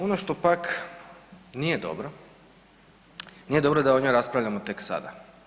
Ono što pak nije dobro, nije dobro da o njoj raspravljamo tek sada.